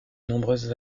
nombreuses